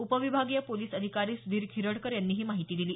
उपविभागीय पोलीस अधिकारी सुधीर खिरडकर यांनी ही माहिती दिली